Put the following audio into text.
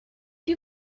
you